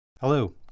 Hello